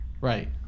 Right